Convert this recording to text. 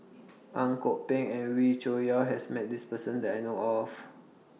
Ang Kok Peng and Wee Cho Yaw has Met This Person that I know of